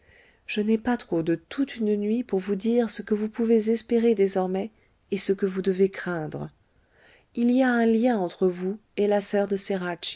je n'ai pas trop de toute une nuit pour vous dire ce que vous pouvez espérer désormais et ce que vous devez craindre il y a un lien entre vous et la soeur de